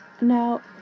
Now